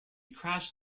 crash